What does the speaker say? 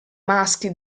maschi